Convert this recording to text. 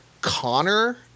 Connor